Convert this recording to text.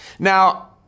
Now